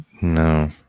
No